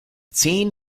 zehn